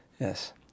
Yes